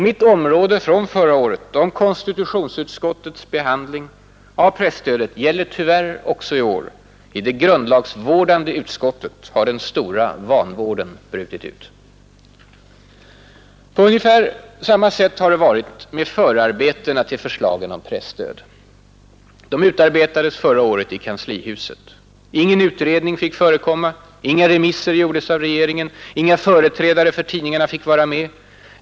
Mitt omdöme från förra året om konstitutionsutskottets behandling av presstödet gäller tyvärr också i år: i det grundlagsvårdande utskottet har den stora vanvården brutit ut. På ungefär samma sätt har det varit med förarbetena till förslagen om presstöd. De utarbetades förra året i kanslihuset. Ingen utredning fick förekomma. Inga remisser gjordes av regeringen. Inga företrädare för tidningarna fick vara med.